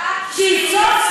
שאת תהיי מוכנה לשמוע,